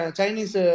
Chinese